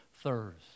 thirst